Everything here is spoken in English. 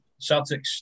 Celtics